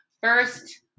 first